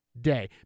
day